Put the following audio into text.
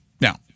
now